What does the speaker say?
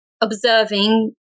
observing